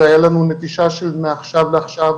והייתה לנו נטישה מעכשיו לעכשיו,